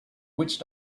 witch